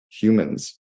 humans